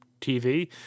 TV